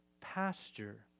pasture